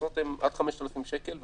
מהקנסות הם עד 5,000 שקל,